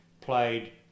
played